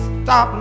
stop